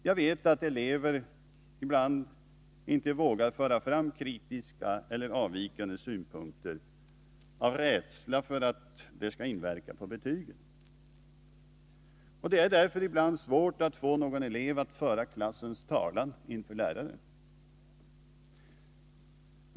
Jag vet att elever ibland inte vågar föra fram kritiska eller avvikande synpunkter av rädsla för att det skall inverka på betygen. Det är därför ibland svårt att få någon elev att föra klassens talan inför läraren.